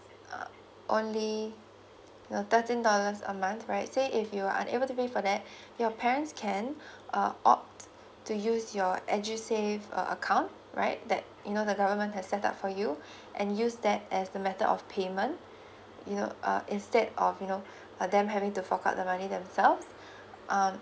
uh only thirteen dollars a month right say if you're unable to pay for that your parents can uh opt to use your edusave uh account right that you know the government has set up for you and use that as a matter of payment you know uh instead of you know a them having to out the money themselves um